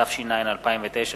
התש”ע 2009,